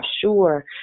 sure